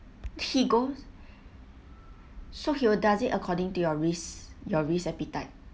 he goes so he will does it according to your risk your risk appetite